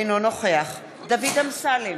אינו נוכח דוד אמסלם,